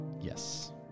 Yes